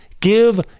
Give